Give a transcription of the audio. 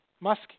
musk